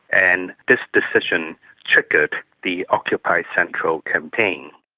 and this decision triggered the occupy central campaign.